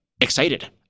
excited